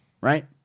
right